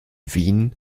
wien